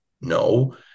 No